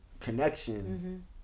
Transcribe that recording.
connection